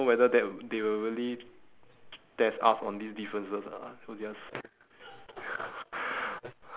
and there are some you know tho~ those lines on the sand the table ah I don't know whether that w~ they will really